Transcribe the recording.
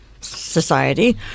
society